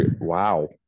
Wow